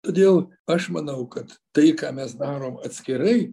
todėl aš manau kad tai ką mes darom atskirai